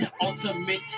ultimate